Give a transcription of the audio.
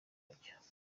bajya